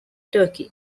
turkey